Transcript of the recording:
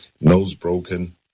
nose-broken